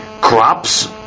crops